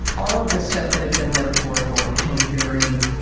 all of the stuff that had been metaphorical became very